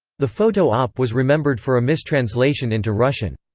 the photo op was remembered for a mistranslation into russian.